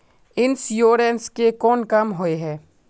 Insurance के कोन काम होय है?